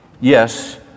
Yes